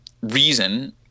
reason